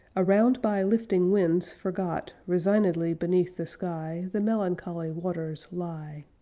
around by lifting winds forgot resignedly beneath the sky the melancholy waters lie.